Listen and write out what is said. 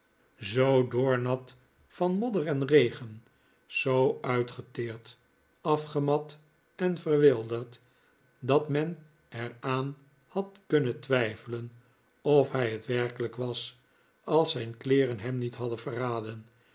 nickleby doornat van modder en regen zoo uitge teefd afgemat en verwilderd dat men er aan had kunnen twijfelen of hij het werkelijk was als zijn kleeren hem niet hadden verraden